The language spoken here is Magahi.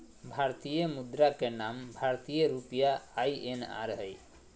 भारतीय मुद्रा के नाम भारतीय रुपया आई.एन.आर हइ